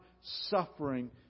suffering